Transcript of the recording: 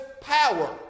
power